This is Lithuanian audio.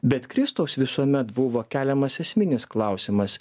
bet kristaus visuomet buvo keliamas esminis klausimas